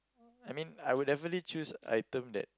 I mean I would definitely choose item that